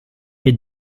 est